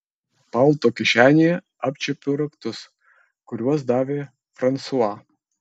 palto kišenėje apčiuopiau raktus kuriuos davė fransua